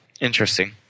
Interesting